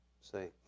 say